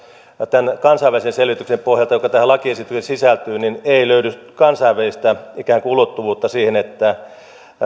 tämän kansainvälisen selvityksen pohjalta joka tähän lakiesitykseen sisältyy ei löydy kansainvälistä ikään kuin ulottuvuutta siihen siten että